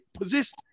position